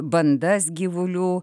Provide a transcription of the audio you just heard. bandas gyvulių